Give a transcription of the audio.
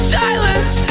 silence